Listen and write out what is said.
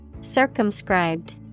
Circumscribed